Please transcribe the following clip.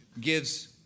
gives